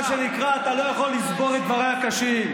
שנקרא שאתה לא יכול לסבול את דבריי הקשים.